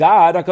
God